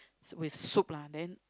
with soup lah then